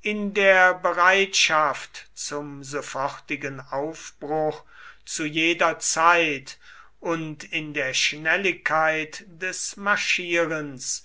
in der bereitschaft zum sofortigen aufbruch zu jeder zeit und in der schnelligkeit des marschierens